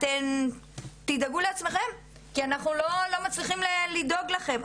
אתן תדאגו לעצמכן כי אנחנו לא מצליחים לדאוג לכן.